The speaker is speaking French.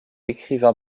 écrivain